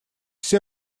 все